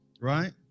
right